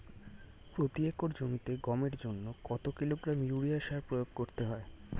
প্রতি একর জমিতে গমের জন্য কত কিলোগ্রাম ইউরিয়া সার প্রয়োগ করতে হয়?